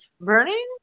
burning